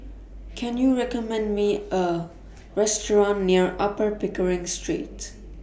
Can YOU recommend Me A Restaurant near Upper Pickering Street